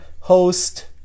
host